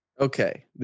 Okay